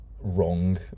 wrong